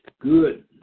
Good